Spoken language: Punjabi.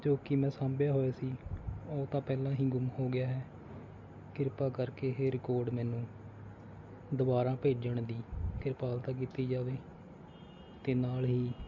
ਜੋ ਕਿ ਮੈਂ ਸਾਂਭਿਆ ਹੋਇਆ ਸੀ ਉਹ ਤਾਂ ਪਹਿਲਾਂ ਹੀ ਗੁੰਮ ਹੋ ਗਿਆ ਹੈ ਕਿਰਪਾ ਕਰਕੇ ਇਹ ਰਿਕਾਰਡ ਮੈਨੂੰ ਦੁਬਾਰਾ ਭੇਜਣ ਦੀ ਕਿਰਪਾਲਤਾ ਕੀਤੀ ਜਾਵੇ ਅਤੇ ਨਾਲ ਹੀ